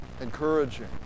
Encouraging